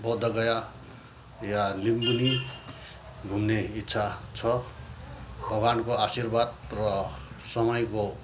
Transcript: बुद्धगया या लुम्बिनी घुम्ने इच्छा छ भगवान्को आशीर्वाद र समयको